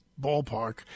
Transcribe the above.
ballpark